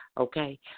okay